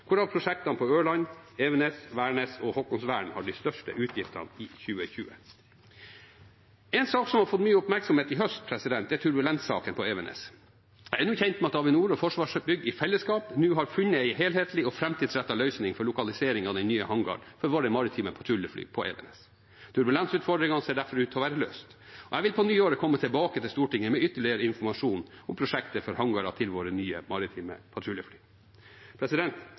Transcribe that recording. hvorav prosjektene på Ørland, Evenes, Værnes og Haakonsvern har de største utgiftene i 2020. En sak som har fått mye oppmerksomhet i høst, er turbulenssaken på Evenes. Jeg er kjent med at Avinor og Forsvarsbygg i fellesskap nå har funnet en helhetlig og framtidsrettet løsning for lokalisering av den nye hangaren for våre maritime patruljefly på Evenes. Turbulensutfordringene ser derfor ut til å være løst. Jeg vil på nyåret komme tilbake til Stortinget med ytterligere informasjon om prosjektet for hangarer til våre nye maritime patruljefly.